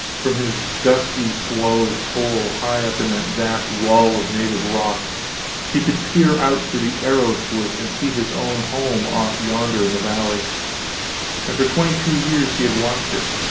from his dusky swallow's hole high up in that vast wall of native rock he could peer out through the arrow-slit and see his own home off yonder in the valley and for twenty-two years he had watched it,